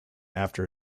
after